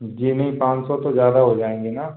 जी नहीं पाँच सौ तो ज़्यादा हो जाएंगे ना